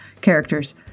characters